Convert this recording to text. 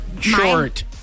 short